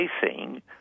facing